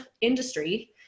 industry